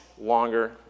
longer